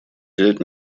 взять